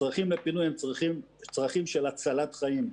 הצרכים לפינוי הם צרכים של הצלת חיים,